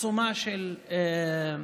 עצומה של תיקים.